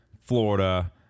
Florida